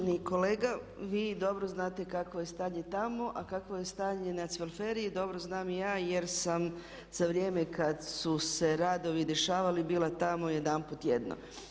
Uvaženi kolega, vi dobro znate kakvo je stanje tamo a kakvo je stanje na Cvelferiji, dobro znam i ja jer sam za vrijeme kad su se radovali dešavali bila tamo jedanput tjedno.